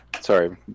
Sorry